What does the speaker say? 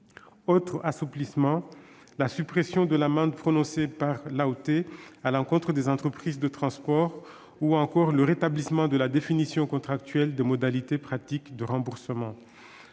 Autres assouplissements : la suppression de l'amende prononcée par l'AOT à l'encontre des entreprises de transport, ou encore le rétablissement de la définition contractuelle des modalités pratiques de remboursement.